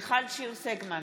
מיכל שיר סגמן,